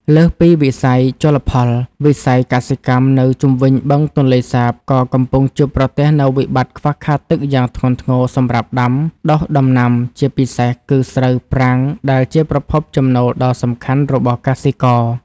លើសពីវិស័យជលផល វិស័យកសិកម្មនៅជុំវិញបឹងទន្លេសាបក៏កំពុងជួបប្រទះនូវវិបត្តិខ្វះខាតទឹកយ៉ាងធ្ងន់ធ្ងរសម្រាប់ដាំដុះដំណាំ ជាពិសេសគឺស្រូវប្រាំងដែលជាប្រភពចំណូលដ៏សំខាន់របស់កសិករ។